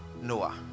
noah